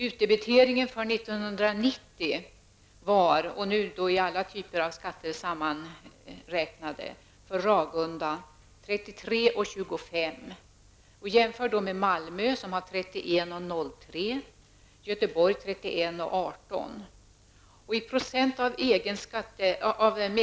Utdebiteringen för år 1990 var sammanräknat för alla typer av skatter för Ragunda kommun 33:25 kr.